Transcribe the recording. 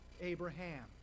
Abraham